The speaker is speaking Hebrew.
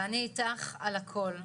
ואני איתך על הכול,